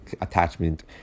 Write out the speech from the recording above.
attachment